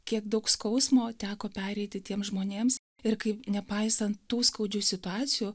kiek daug skausmo teko pereiti tiems žmonėms ir kaip nepaisant tų skaudžių situacijų